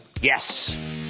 Yes